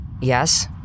Yes